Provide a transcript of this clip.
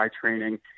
training